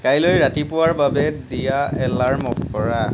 কাইলৈ ৰাতিপুৱাৰ বাবে দিয়া এলাৰ্ম অফ কৰা